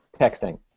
texting